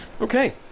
Okay